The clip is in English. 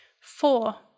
Four